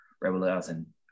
revelation